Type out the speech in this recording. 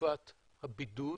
תקופת הבידוד,